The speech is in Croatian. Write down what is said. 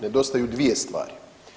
Nedostaju dvije stvari.